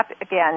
again